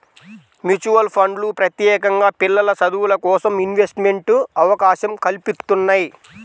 mutual ఫండ్లు ప్రత్యేకంగా పిల్లల చదువులకోసం ఇన్వెస్ట్మెంట్ అవకాశం కల్పిత్తున్నయ్యి